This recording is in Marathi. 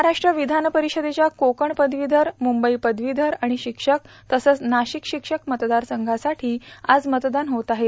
महाराष्ट्र विधान परिषदेच्या कोकण पदवीधर मुंबई पदवीधर आणि शिक्षक तसंच नाशिक शिक्षक मतदारसंघांसाठी आज मतदान होत आहे